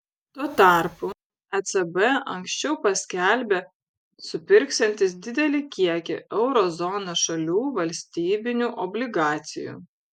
tuo tarpu ecb anksčiau paskelbė supirksiantis didelį kiekį euro zonos šalių valstybinių obligacijų